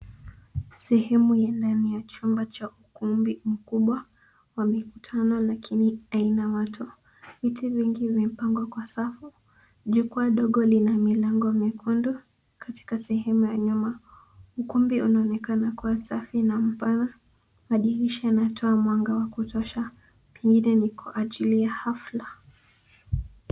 Sehemu ya ndani ya chumba cha ukumbi mkubwa wa mikutano lakini haina watu. Viti vingi vimepangwa kwa safu. Jukwa dogo lina milango mekundu katika sehemu ya nyuma. Ukumbi unaonekana kuwa safi na mpana, madirisha yanatoa mwanga wa kutosha pengine ni kwa ajili ya hafla.